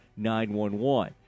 911